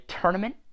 Tournament